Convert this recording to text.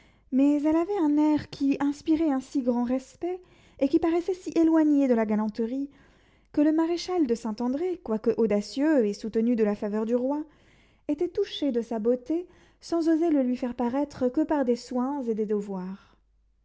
mais elle avait un air qui inspirait un si grand respect et qui paraissait si éloigné de la galanterie que le maréchal de saint-andré quoique audacieux et soutenu de la faveur du roi était touché de sa beauté sans oser le lui faire paraître que par des soins et des devoirs